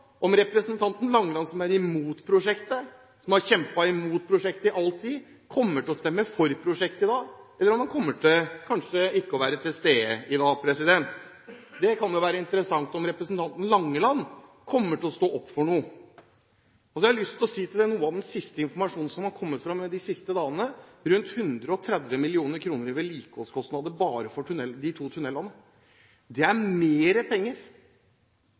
om representanten Langeland, som er imot prosjektet, som har kjempet imot prosjektet i all tid, kommer til å stemme for prosjektet i dag, eller om han kanskje ikke kommer til å være til stede i dag. Det kan være interessant om representanten Langeland kommer til å stå opp for noe. Så har jeg lyst til å si til noe av den siste informasjonen som har kommet fram de siste dagene, og det er at det er rundt 130 mill. kr i vedlikeholdskostnader bare for de to tunnelene. Det er mer penger